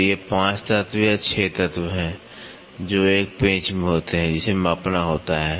तो ये 5 तत्व या 6 तत्व हैं जो एक पेंच में होते हैं जिसे मापना होता है